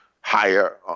higher